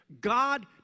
God